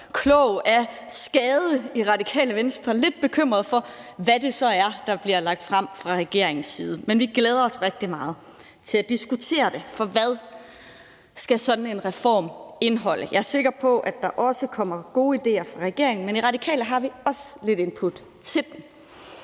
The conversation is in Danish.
kloge af skade og lidt bekymrede for, hvad det så er, der bliver lagt frem fra regeringens side. Men vi glæder os rigtig meget til at diskutere det. For hvad skal sådan en reform indeholde? Jeg er også sikker på, at der kommer gode idéer fra regeringen, men vi har i Radikale også lidt input til dem.